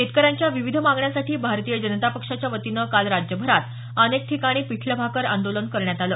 शेतकऱ्यांच्या विविध मागण्यांसाठी भारतीय जनता पक्षाच्यावतीनं काल राज्यभरात अनेक ठिकाणी पिठलं भाकर आंदोलन करण्यात आलं